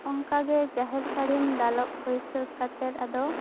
ᱚᱱᱠᱟ ᱜᱮ ᱡᱟᱦᱮᱨ ᱥᱟᱹᱲᱤᱢ ᱫᱟᱞᱚᱵ ᱦᱳᱭᱥᱟᱹᱛ ᱠᱟᱛᱮ ᱟᱫᱚ